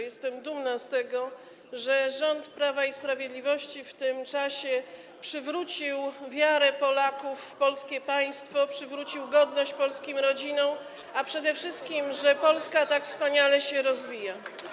Jestem dumna z tego, że rząd Prawa i Sprawiedliwości w tym czasie przywrócił wiarę Polaków w polskie państwo, przywrócił godność polskim rodzinom, a przede wszystkim z tego, że Polska tak wspaniale się rozwija.